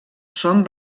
són